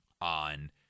on –